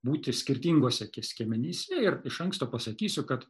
būti skirtinguose skiemenyse ir iš anksto pasakysiu kad